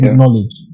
knowledge